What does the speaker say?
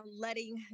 letting